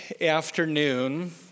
afternoon